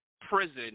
prison